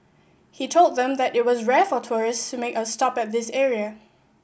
he told them that it was rare for tourist to make a stop at this area